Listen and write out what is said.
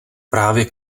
právě